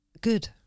good